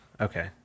Okay